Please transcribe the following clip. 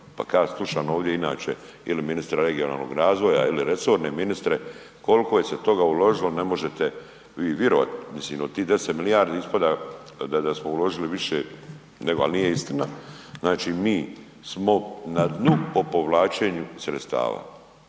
Pa kada ja slušam ovdje inače ili ministra regionalnog razvoja ili resorne ministre koliko je se toga uložilo ne možete vi virovat, mislim od tih 10 milijardi ispada da smo uložili više, ali nije istina. Znači mi smo na dnu po povlačenju sredstava.